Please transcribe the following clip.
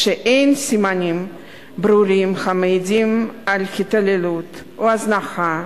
כשאין סימנים ברורים המעידים על התעללות או הזנחה,